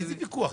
איזה ויכוח?